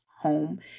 home